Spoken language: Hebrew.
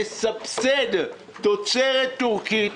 מסבסד תוצרת טורקית,